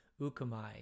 ukamai